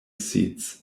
seats